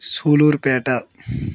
సూళూర్ పేట